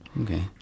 Okay